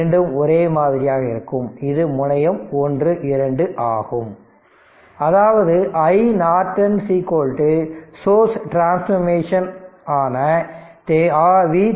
இரண்டும் ஒரே மாதிரியாக இருக்கும் இது முனையம் 1 2 ஆகும் அதாவது iNorton சோர்ஸ் டிரன்ஸ்பாமேஷன் ஆன VThevenin